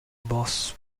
boss